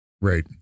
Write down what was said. Right